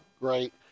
great